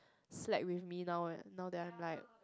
slack with me now now that I'm like